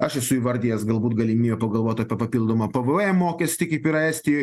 aš esu įvardijęs galbūt galimybę pagalvot apie papildomą pvm mokestį kaip ir estijoj